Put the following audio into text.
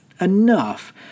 enough